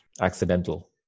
accidental